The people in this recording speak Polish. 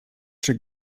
czy